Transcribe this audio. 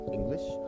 English